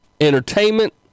entertainment